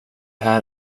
här